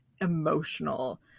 emotional